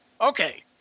Okay